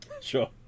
Sure